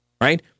right